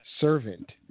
servant